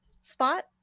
spot